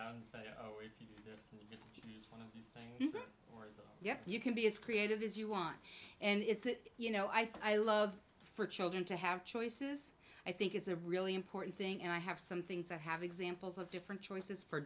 at yes you can be as creative as you want and it's you know i think i love for children to have choices i think it's a really important thing and i have some things i have examples of different choices for